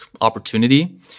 opportunity